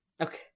okay